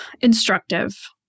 instructive